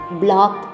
block